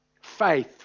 faith